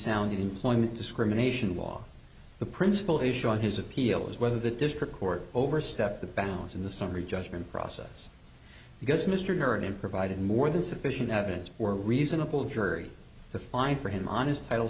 sounded employment discrimination law the principal issue on his appeal is whether the district court overstepped the balance in the summary judgment process because mr herman provided more than sufficient evidence for reasonable jury to find for him on his title